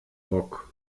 bock